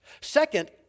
Second